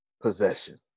possession